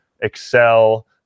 excel